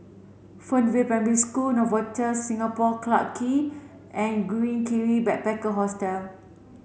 Fernvale Primary School Novotel Singapore Clarke Quay and Green Kiwi Backpacker Hostel